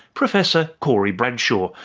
professor corey bradshaw,